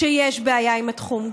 שיש בעיה עם התחום.